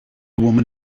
woman